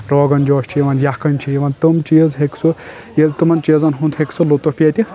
روگن جوش چھُ یِوان یکھٕنۍ چھِ یِوان تِم چیٖز ہیٚکہِ سُہ ییٚلہِ تِمن چیٖزن ہُنٛد ہیٚکہِ سُہ لطف ییٚتہِ